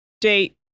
date